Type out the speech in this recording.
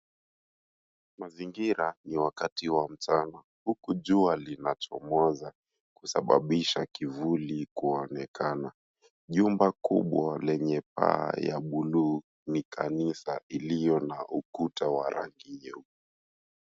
Mazingira ni wakati wa mchana huku jua linachomoza kusababisha kivuli kuonekana. Jumba kubwa lenye paa ya buluu ni kanisa ilio na ukuta wa rangi nyeupe.